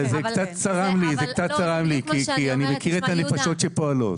זה קצת צרם לי, כי אני מכיר את הנפשות שפועלות.